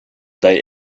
die